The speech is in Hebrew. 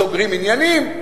סוגרים עניינים,